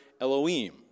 Elohim